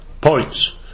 points